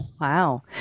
Wow